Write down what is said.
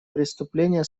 преступления